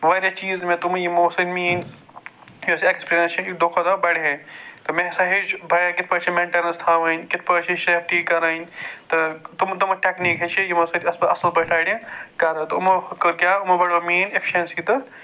واریاہ چیٖز مےٚ تِم یِمَو سۭتۍ میٛٲنۍ یۅس ایکٕسپیٖرینٔس چھِ یہِ دۅہ کھۅتہٕ دۅہ بَڈِہے تہٕ مےٚ ہسا ہیٚچھ بایک کِتھٕ پٲٹھۍ چھِ مینٹٮ۪ن اَسہِ تھاوٕنۍ کِتھٕ پٲٹھۍ چھِ سیفٹی کَرٕنۍ تہٕ تِمَن تِمَن ٹٮ۪کنیٖک ہیچھِن یِمَو سۭتۍ بہٕ اَصٕل پٲٹھۍ رایڈٕ کرٕ تہٕ یِمَو کٔر کیٛاہ یِمَو بَڈٲو میٛٲنۍ ایفِشنسی تہٕ